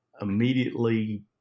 immediately